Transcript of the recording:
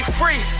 free